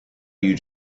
you